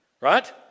right